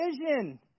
vision